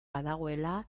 badagoela